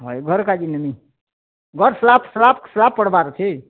ହଏ ଘରେ କାଜି ନେମି ଘର୍ ସ୍ଲାବ୍ ସ୍ଲାବ୍ ସ୍ଲାବ୍ ପଡ଼ବାର୍ ଅଛି